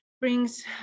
brings